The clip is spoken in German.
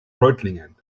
reutlingen